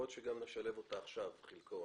יכול להיות שגם נשלב אותה עכשיו, את חלקה.